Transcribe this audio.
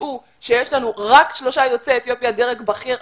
תדעו שיש לנו רק שלושה יוצאי אתיופיה בדרג בכיר.